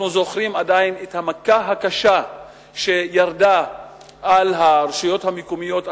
אנחנו זוכרים עדיין את המכה הקשה שירדה על הרשויות המקומיות,